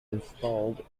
installed